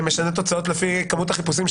וגם ספציפית על אוכלוסיית ילדים,